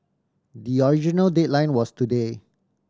the original deadline was today